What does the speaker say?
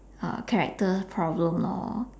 uh character problem lor